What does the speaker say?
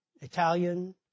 Italian